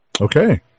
Okay